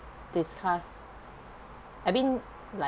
discuss I've been like